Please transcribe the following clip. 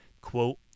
quote